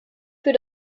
für